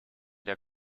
der